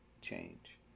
change